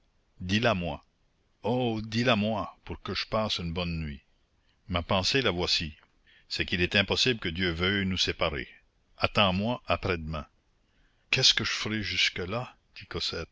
dis-la-moi oh dis-la-moi pour que je passe une bonne nuit ma pensée la voici c'est qu'il est impossible que dieu veuille nous séparer attends-moi après-demain qu'est-ce que je ferai jusque-là